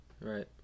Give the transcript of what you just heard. Right